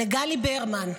לגלי ברמן,